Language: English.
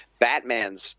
Batman's